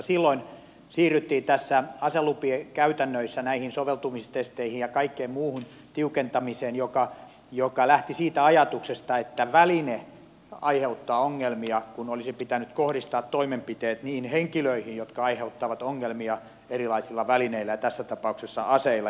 silloin siirryttiin tässä aselupien käytännöissä näihin soveltuvuustesteihin ja kaikkeen muuhun tiukentamiseen joka lähti siitä ajatuksesta että väline aiheuttaa ongelmia kun olisi pitänyt kohdistaa toimenpiteet niihin henkilöihin jotka aiheut tavat ongelmia erilaisilla välineillä ja tässä ta pauksessa aseilla